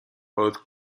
both